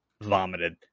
vomited